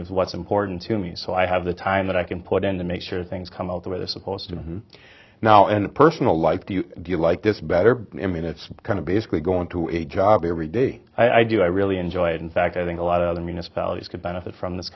is what's important to me so i have the time that i can put in to make sure things come up with a supposed now and a personal life do you do you like this better i mean it's kind of basically going to a job every day i do i really enjoy it in fact i think a lot of other municipalities could benefit for this